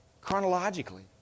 chronologically